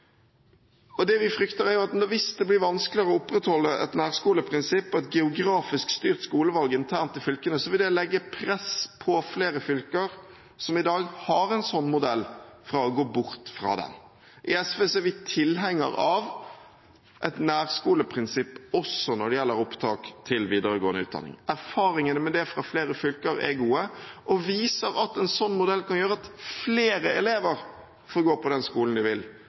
frihet. Det vi frykter, er at hvis det blir vanskelig å opprettholde et nærskoleprinsipp og et geografisk styrt skolevalg internt i fylkene, vil det legge press på flere fylker som i dag har en sånn modell, til å gå bort fra den. I SV er vi tilhengere av et nærskoleprinsipp også når det gjelder opptak til videregående utdanning. Erfaringene med det fra flere fylker er gode og viser at en sånn modell kan gjøre at flere elever får gå på den skolen de vil,